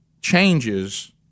changes